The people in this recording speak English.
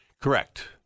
Correct